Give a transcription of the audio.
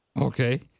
Okay